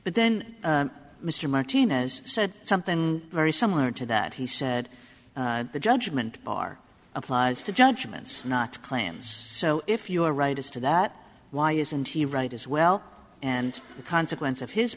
but then mr martinez said something very similar to that he said the judgement are applies to judgments not claims so if you are right as to that why isn't he right as well and the consequence of his